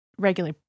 regular